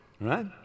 right